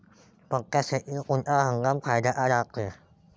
मक्क्यासाठी कोनचा हंगाम फायद्याचा रायते?